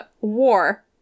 War